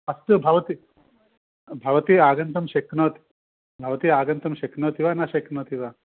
अस्तु भवती भवती आगन्तुं शक्नो भवति आगन्तुं शक्नोति वा न शक्नोति वा